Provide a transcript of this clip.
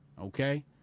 Okay